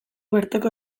bertoko